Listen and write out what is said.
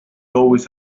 always